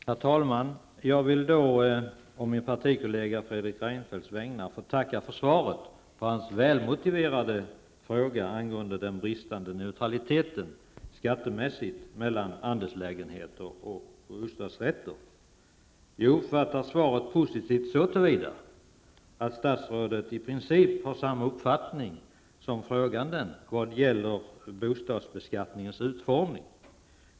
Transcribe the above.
Herr talman! På min partikollegas, Fredrik Reinfeldts, vägnar tackar jag för svaret på hans välmotiverade fråga om den bristande neutraliteten skattemässigt mellan andelslägenheter och bostadsrätter. Jag uppfattar svaret positivt så till vida att statsrådet i princip har samma uppfattning som fråganden vad gäller bostadsbeskattningens utformning.